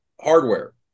hardware